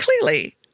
clearly